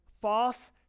false